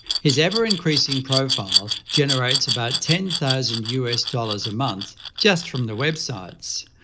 his ever-increasing profile generates about ten thousand us dollars a month just from the websites,